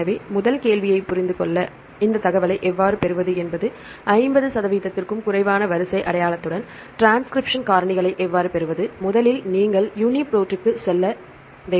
எனவே முதல் கேள்வியைப் புரிந்து கொள்ள இந்த தகவலை எவ்வாறு பெறுவது என்பது 50 சதவீதத்திற்கும் குறைவான வரிசை அடையாளத்துடன் டிரான்ஸ்கிரிப்ஷன் காரணிகளை எவ்வாறு பெறுவது முதலில் நீங்கள் யூனிபிரோட்டுக்குச் செல்ல வேண்டும்